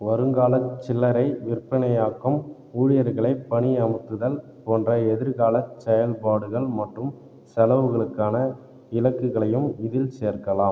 வருங்காலச் சில்லறை விற்பனையாக்கம் ஊழியர்களைப் பணியமர்த்துதல் போன்ற எதிர்காலச் செயல்பாடுகள் மற்றும் செலவுகளுக்கான இலக்குகளையும் இதில் சேர்க்கலாம்